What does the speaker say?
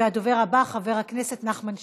הדובר הבא, חבר הכנסת נחמן שי.